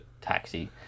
taxi